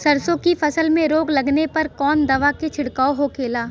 सरसों की फसल में रोग लगने पर कौन दवा के छिड़काव होखेला?